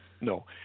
no